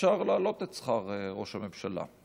אפשר להעלות את שכר ראש הממשלה.